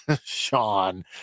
sean